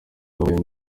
wabaye